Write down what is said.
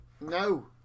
no